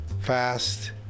fast